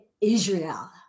Israel